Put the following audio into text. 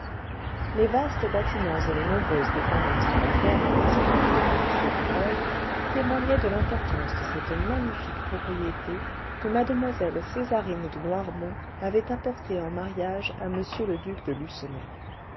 les vastes bâtiments et les nombreuses dépendances de la ferme exploitée par m dubreuil témoignaient de l'importance de cette magnifique propriété que mlle césarine de noirmont avait apportée en mariage à m le duc de